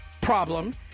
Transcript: problem